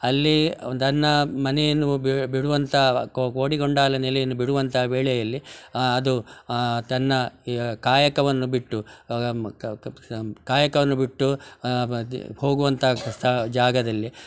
ಅಲ್ಲಿ ತನ್ನ ಮನೆಯನ್ನು ಬಿಡುವಂಥ ಕೋಡಿಕೊಂಡಾಲ ನೆಲೆಯನ್ನು ಬಿಡುವಂಥ ವೇಳೆಯಲ್ಲಿ ಅದು ತನ್ನ ಕಾಯಕವನ್ನು ಬಿಟ್ಟು ಕಾಯಕವನ್ನು ಬಿಟ್ಟು ಹೋಗುವಂಥ ಸಹ ಜಾಗದಲ್ಲಿ